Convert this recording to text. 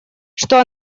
что